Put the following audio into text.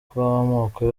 bw’amoko